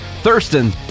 Thurston